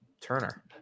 Turner